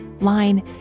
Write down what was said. line